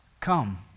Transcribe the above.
Come